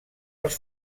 els